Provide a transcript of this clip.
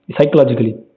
psychologically